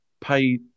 pay